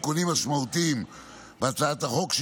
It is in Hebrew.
על תיקונים משמעותיים בהצעת החוק,